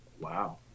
Wow